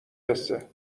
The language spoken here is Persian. حسه